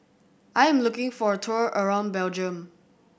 I am looking for a tour around Belgium